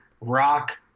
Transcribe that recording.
rock